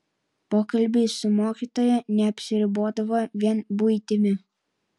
pokalbiai su mokytoja neapsiribodavo vien buitimi